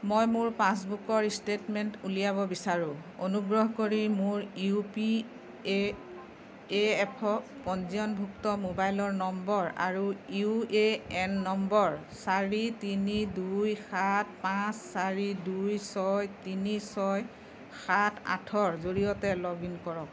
মই মোৰ পাছবুকৰ ষ্টেটমেণ্ট উলিয়াব বিচাৰোঁ অনুগ্ৰহ কৰি মোৰ ইউ পি এ এ এফত পঞ্জীয়নভুক্ত মোবাইলৰ নম্বৰ আৰু ইউ এ এন নম্বৰ চাৰি তিনি দুই সাত পাঁচ চাৰি দুই ছয় তিনি ছয় সাত আঠৰ জড়িয়তে লগ ইন কৰক